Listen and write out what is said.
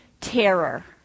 terror